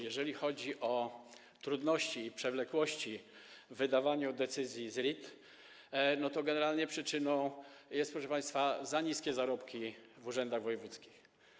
Jeżeli chodzi o trudności i przewlekłości w wydawaniu decyzji ZRID, to generalnie przyczyną są, proszę państwa, za niskie zarobki w urzędach wojewódzkich.